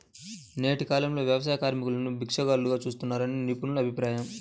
నేటి కాలంలో వ్యవసాయ కార్మికులను బిచ్చగాళ్లుగా చూస్తున్నారని నిపుణుల అభిప్రాయం